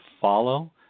follow